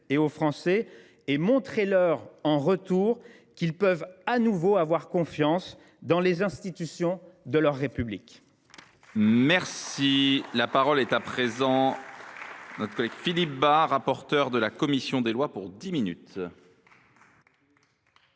et aux Français et montrez leur, en retour, qu’ils peuvent de nouveau avoir confiance dans les institutions de leur République